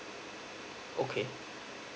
okay